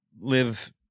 live